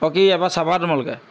অঁ কি এবাৰ চাবা তোমালোকে